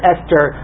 Esther